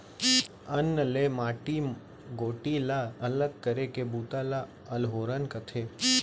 अन्न ले माटी गोटी ला अलग करे के बूता ल अल्होरना कथें